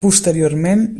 posteriorment